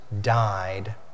died